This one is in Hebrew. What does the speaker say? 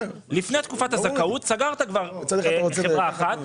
לפני תקופת הזכאות סגרת כבר חברה אחת.